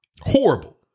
Horrible